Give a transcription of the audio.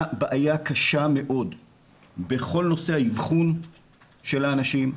בעיה קשה מאוד בכל נושא האבחון של האנשים,